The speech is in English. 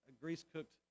grease-cooked